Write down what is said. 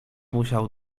musiał